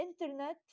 internet